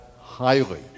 highly